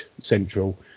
central